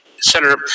Senator